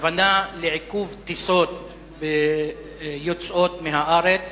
הכוונה לעיכוב טיסות יוצאות מהארץ.